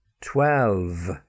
Twelve